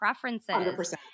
preferences